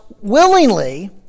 willingly